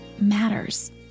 matters